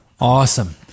Awesome